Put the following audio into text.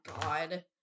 God